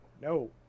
No